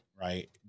right